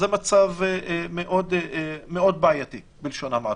זה מצב מאוד בעייתי בלשון המעטה.